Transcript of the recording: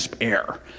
air